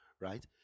right